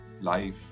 Life